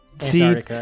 see